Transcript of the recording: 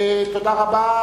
תודה רבה.